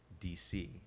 DC